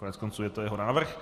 Koneckonců je to jeho návrh.